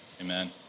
Amen